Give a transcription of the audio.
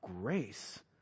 grace